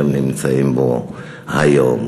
שהם נמצאים בו היום.